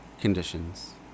conditions